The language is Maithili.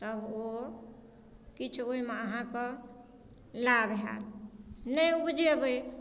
तऽ ओ किछु ओइमे अहाँके लाभ हैत नहि उपजेबै